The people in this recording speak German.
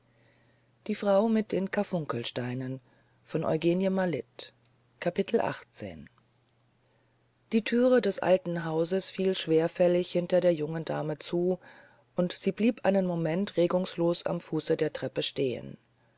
die thüre des alten hauses fiel schwerfällig hinter der jungen dame zu und sie blieb einen moment regungslos am fuße der treppe stehen